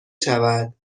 شود